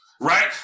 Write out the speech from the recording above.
right